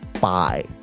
Bye